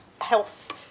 health